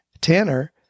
Tanner